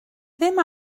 ddim